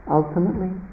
ultimately